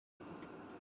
映射